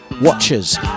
watchers